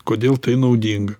kodėl tai naudinga